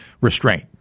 restraint